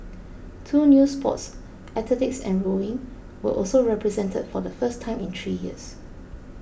two new sports athletics and rowing were also represented for the first time in three years